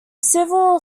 civil